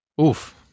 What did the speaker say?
Oof